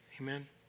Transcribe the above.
Amen